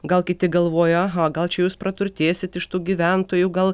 gal kiti galvoja aha gal čia jūs praturtėsit iš tų gyventojų gal